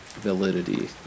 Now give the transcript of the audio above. validity